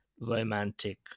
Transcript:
romantic